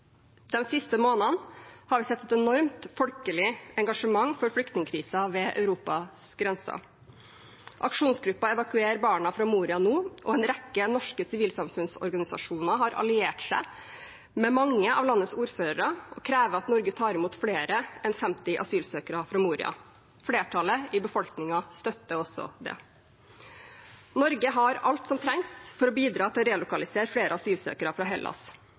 siste månedene har vi sett et enormt folkelig engasjement for flyktningkrisen ved Europas grenser. Aksjonsgruppen Evakuer barna fra Moria nå og en rekke norske sivilsamfunnsorganisasjoner har alliert seg med mange av landets ordførere og krever at Norge tar imot flere enn 50 asylsøkere fra Moria. Flertallet i befolkningen støtter også det. Norge har alt som trengs for å bidra til å relokalisere flere asylsøkere fra Hellas.